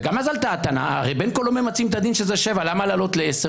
וגם אז --- הם בין כה וכה לא ממצים את הדין שזה 7 למה להעלות ל-10?